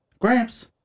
Gramps